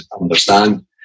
understand